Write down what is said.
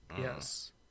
Yes